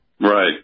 Right